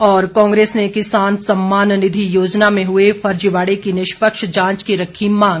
और कांग्रेस ने किसान सम्मान निधि योजना में हुए फर्जीवाड़े की निष्पक्ष जांच की रखी मांग